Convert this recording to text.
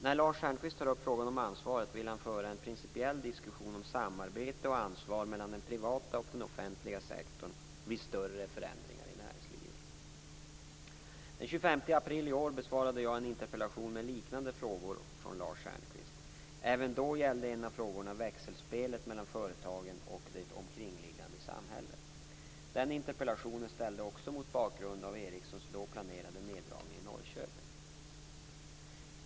När Lars Stjernkvist tar upp frågan om ansvaret vill han föra en principiell diskussion om samarbete och ansvar mellan den privata och den offentliga sektorn vid större förändringar i näringslivet. Den 25 april i år besvarade jag en interpellation med liknande frågor från Lars Stjernkvist. Även då gällde en av frågorna växelspelet mellan företagen och det omkringliggande samhället. Den interpellationen ställdes också mot bakgrund av Ericssons då planerade neddragningar i Norrköping.